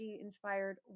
inspired